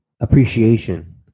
appreciation